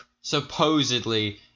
supposedly